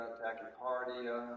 tachycardia